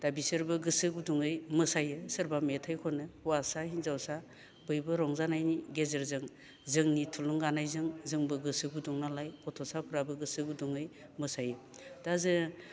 दा बिसोरबो गोसो गुदुङै मोसायो सोरबा मेथाइ खनो हौवासा हिन्जावसा बयबो रंजानायनि गेजेरजों जोंनि थुलुंगानायजों जोंबो गोसो गुदुं नालाय गथ'साफ्राबो गोसो गुुदुङै मोसायो दा जों